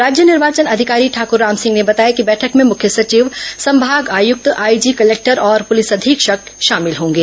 राज्य निर्वाचन अधिकारी ठाकूर रामसिंह ने बताया कि बैठक में मुख्य सचिव संभागायुक्त आईजी कलेक्टर और पुलिस अधीक्षक शामिल होंगे